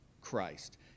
Christ